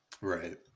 right